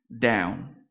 down